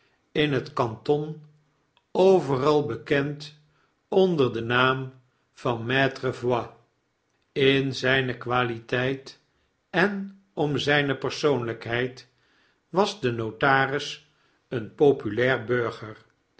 in het kanton overal bekend onder den naam vanmaitre voigt in ztjne qualiteit en om zjne persoonlgkheid was de notaris een populair